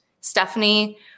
Stephanie